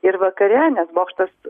ir vakare nes bokštas